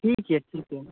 ठीक छै ठीक छै